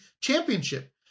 Championship